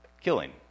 killing